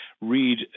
read